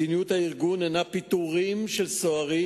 מדיניות הארגון היא פיטורין של סוהרים